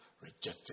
rejected